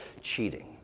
cheating